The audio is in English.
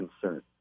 concern